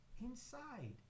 inside